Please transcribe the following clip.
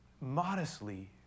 modestly